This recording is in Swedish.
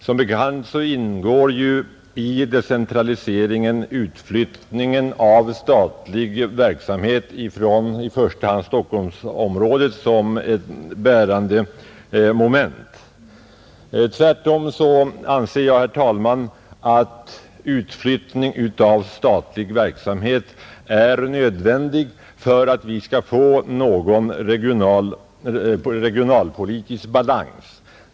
Som bekant ingår i decentraliseringen utflyttning av statlig verksamhet från i första hand Stockholmsområdet som ett bärande moment. Tvärtom anser jag, herr talman, att utflyttning av statlig verksamhet är nödvändig för att vi skall få någon regionalpolitisk balans.